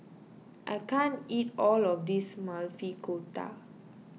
I can't eat all of this Maili Kofta